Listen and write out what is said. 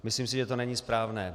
Myslím si, že to není správné.